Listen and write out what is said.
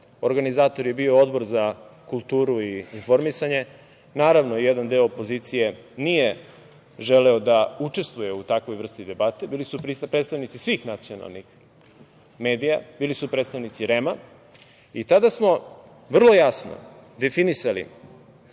Organizator je bio Odbor za kulturu i informisanje. Naravno, jedan deo opozicije nije želeo da učestvuje u takvoj vrsti debate. Bili su predstavnici svih nacionalnih medija, bili su predstavnici REM-a i tada smo vrlo jasno definisali